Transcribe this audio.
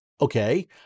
Okay